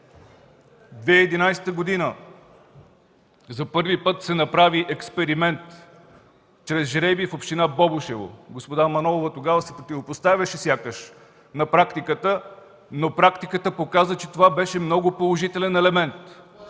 2011 г. за първи път се направи експеримент чрез жребий в община Бобошево. Госпожа Манолова тогава сякаш се противопоставяше на практиката, но практиката показа, че това беше много положителен елемент.